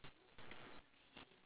mm ya the vitamin one